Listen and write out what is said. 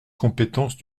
compétences